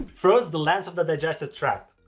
first, the length of the digestive tract.